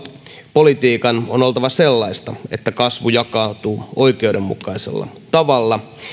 politiikan on oltava sellaista että kasvu jakautuu oikeudenmukaisella tavalla